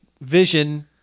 vision